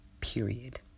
period